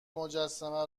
مجسمه